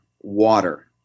water